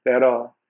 Pero